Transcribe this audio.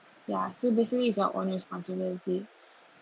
ya so basically is your own responsibility